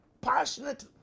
passionate